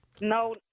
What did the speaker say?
No